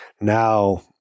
Now